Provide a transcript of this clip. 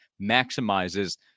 maximizes